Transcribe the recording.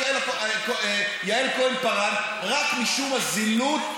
חבריי מהקואליציה לא מתלבשים בצורה כזאת.